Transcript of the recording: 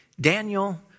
Daniel